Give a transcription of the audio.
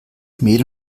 mehl